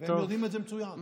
הם יודעים את זה מצוין.